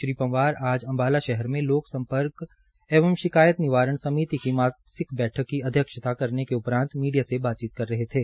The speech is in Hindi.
श्री पंवार आज अम्बाला शहर में लोक सम्पर्क एवं शिकायत निवारण समिति की मासिक बैठक की अध्यक्षता करते करने के उपरान्त मीडिया से बातचीत कर रहे थे